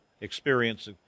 experience